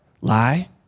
lie